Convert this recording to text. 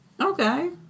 Okay